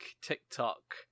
TikTok